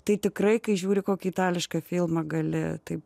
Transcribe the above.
tai tikrai kai žiūri kokį itališką filmą gali taip